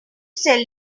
sell